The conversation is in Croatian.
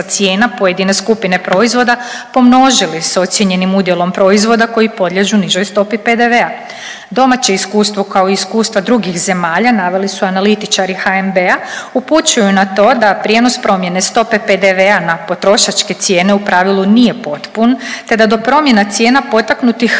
cijena pojedine skupine proizvoda pomnožili s ocijenjenim udjelom proizvoda koji podliježu nižoj stopi PDV-a. Domaće iskustvo, kao i iskustva drugih zemlja naveli su analitičari HNB-a upućuju na to da prijenos promjene stope PDV-a na potrošačke cijene u pravilu nije potpun, te da do promjena cijena potaknutih